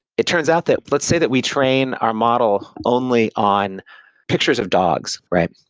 it turns out that let's say that we train our model only on pictures of dogs, right?